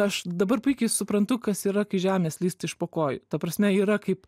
aš dabar puikiai suprantu kas yra kai žemė slysta iš po kojų ta prasme yra kaip